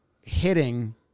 hitting